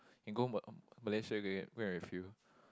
can go Ma~ Malaysia and go and go and refill